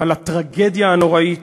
על הטרגדיה הנוראית